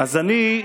יש משקיפים.